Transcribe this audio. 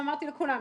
גם אמרתי לכולם,